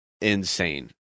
Insane